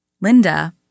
Linda